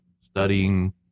studying